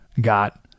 got